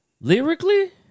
Lyrically